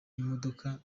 imodoka